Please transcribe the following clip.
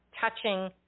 touching